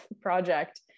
project